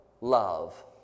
love